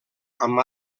amb